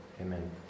Amen